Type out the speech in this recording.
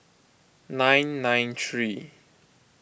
nine nine three